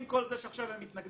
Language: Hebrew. עם כל זה שעכשיו הם מתנגדים,